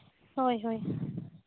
ᱦᱳᱭ ᱦᱳᱭ